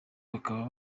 bakaba